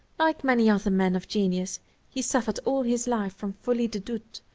like many other men of genius he suffered all his life from folie de doute,